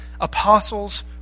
apostles